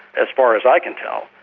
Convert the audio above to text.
as far as i can tell.